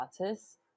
Artists